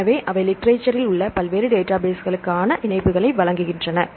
எனவே அவை லிட்ரேசரில் உள்ள பல்வேறு டேட்டாபேஸ்களுக்கான இணைப்புகளை வழங்குகின்றன